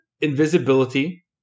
invisibility